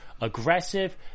aggressive